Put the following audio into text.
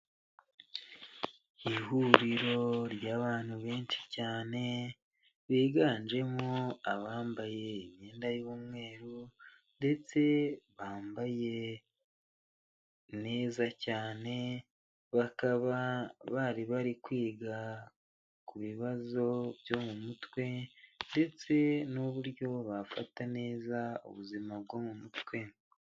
Ihuriro ry'abantu benshi cyane biganjemo abambaye imyenda y'umweru ndetse bambaye neza cyane, bakaba bari bari kwiga ku bibazo byo mu mutwe ndetse n'uburyo bafata neza ubuzima bwo mu mutwe.